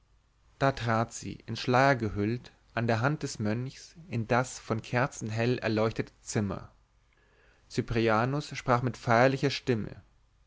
da trat sie in schleier gehüllt an der hand des mönchs in das von kerzen hell erleuchtete zimmer cyprianus sprach mit feierlicher stimme